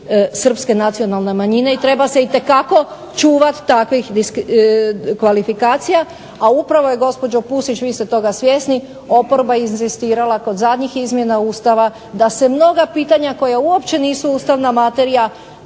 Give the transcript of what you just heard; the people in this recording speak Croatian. srpske nacionalne manjine. I treba se itekako čuvati takvih kvalifikacija. A upravo je gospođo Pusić, vi ste toga svjesni, oporba inzistirala kod zadnjih izmjena Ustava da se mnoga pitanja koja uopće nisu ustavna materija